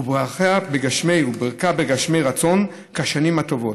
וברכיה בגשמינו ברכה בגשמי רצון כשנים הטובות,